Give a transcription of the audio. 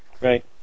Right